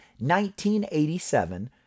1987